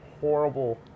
horrible